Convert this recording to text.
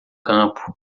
campo